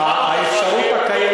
שמענו את חברי